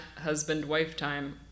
husbandwifetime